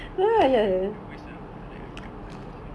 okay ah I might be the worst ah but like I'm I'm I'm the first